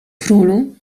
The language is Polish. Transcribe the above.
królu